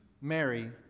Mary